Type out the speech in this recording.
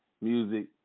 music